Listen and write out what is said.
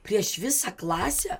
prieš visą klasę